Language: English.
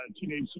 teenage